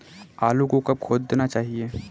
आलू को कब खोदना चाहिए?